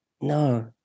no